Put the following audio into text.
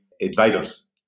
advisors